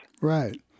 Right